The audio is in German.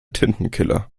tintenkiller